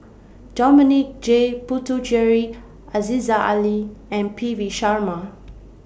Dominic J Puthucheary Aziza Ali and P V Sharma